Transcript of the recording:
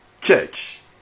church